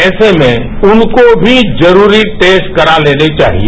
ऐसे में उनको भी जरूरी टेस्ट करा लेने वाहिए